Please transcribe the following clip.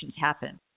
happen